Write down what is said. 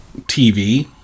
TV